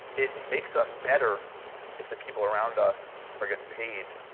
it makes us better if the people around us are getting paid